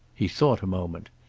he thought a moment.